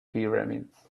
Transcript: pyramids